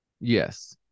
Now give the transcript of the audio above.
Yes